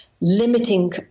limiting